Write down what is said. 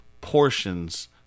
portions